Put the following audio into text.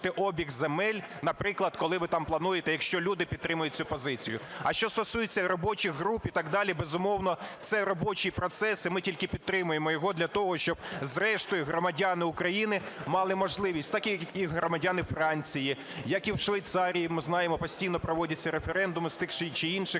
обіг земель, наприклад, коли ви там плануєте, якщо люди підтримають цю позицію. А що стосується робочих груп і так далі, безумовно, це робочий процес і ми тільки підтримуємо його для того, щоб зрештою громадяни України мали можливість, так як і громадяни Франції, як і в Швейцарії, ми знаємо, постійно проводяться референдуми з тих чи інших,